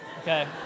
Okay